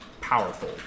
powerful